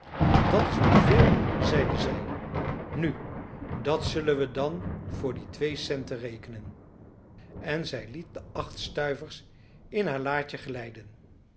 dat is wat te veel zeide zij nu dat zullen we dan voor die twee centen rekenen en zij liet de acht stuivers in haar laadje glijden